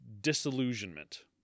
disillusionment